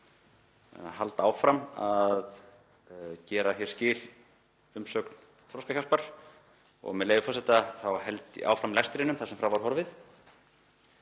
að halda áfram að gera hér skil umsögn Þroskahjálpar. Með leyfi forseta, held ég áfram lestrinum, þar sem frá var horfið: